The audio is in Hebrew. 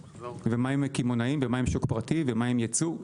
ומה עם קמעונאים ומה עם השוק הפרטי ומה עם ייצוא?